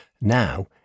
Now